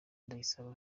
ndayisaba